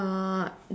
uh